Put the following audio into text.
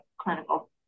clinical